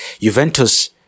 Juventus